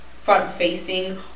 front-facing